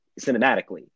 cinematically